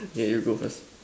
okay you go first